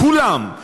"כולם.